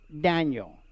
Daniel